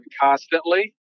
constantly